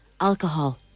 alcohol